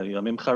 זה ימים חריגים.